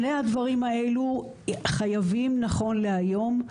שני הדברים האלו חייבים נכון להיום.